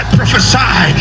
prophesy